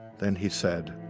then he said,